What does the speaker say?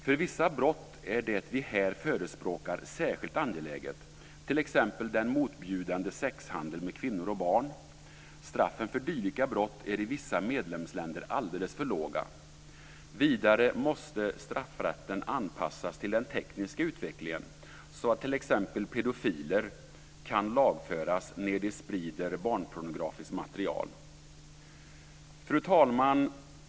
För vissa brott är det vi här förespråkar särskilt angeläget, t.ex. den motbjudande sexhandeln med kvinnor och barn. Straffen för dylika brott är i vissa medlemsländer alldeles för låga. Vidare måste straffrätten anpassas till den tekniska utvecklingen, så att t.ex. pedofiler kan lagföras när de sprider barnpornografiskt material. Fru talman!